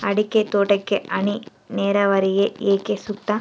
ಅಡಿಕೆ ತೋಟಕ್ಕೆ ಹನಿ ನೇರಾವರಿಯೇ ಏಕೆ ಸೂಕ್ತ?